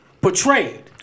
portrayed